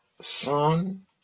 son